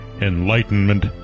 enlightenment